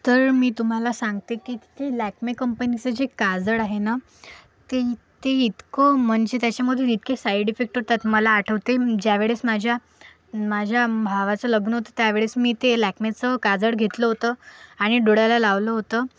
तर मी तुम्हाला सांगते की ते लॅक्मे कंपनीचं जे काजळ आहे ना ते ते इतकं म्हणजे त्याच्यामधून इतके साईड इफेक्ट होतात मला आठवते ज्यावेळेस माझ्या माझ्या भावाचं लग्न होतं त्यावेळेस मी ते लॅक्मेचं काजळ घेतलं होतं आणि डोळ्याला लावलं होतं